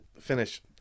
finish